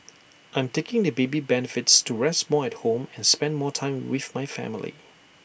I'm taking the baby benefits to rest more at home and spend more time with my family